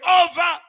over